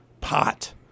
pot